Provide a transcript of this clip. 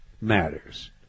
matters